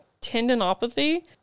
tendinopathy